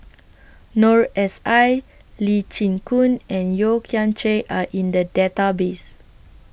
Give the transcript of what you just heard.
Noor S I Lee Chin Koon and Yeo Kian Chye Are in The Database